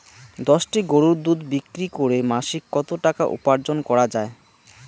দশটি গরুর দুধ বিক্রি করে মাসিক কত টাকা উপার্জন করা য়ায়?